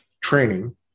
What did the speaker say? training